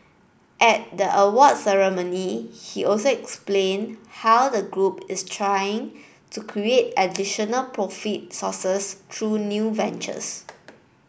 at the awards ceremony he also explained how the group is trying to create additional profit sources through new ventures